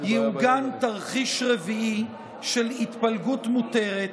יעוגן תרחיש רביעי של התפלגות מותרת,